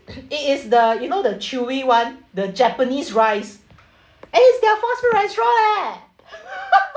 it is the you know the chewy [one] the japanese rice and it's their fast food restaurant leh